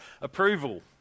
approval